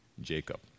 Jacob